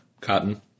Cotton